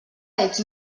ets